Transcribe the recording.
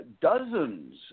dozens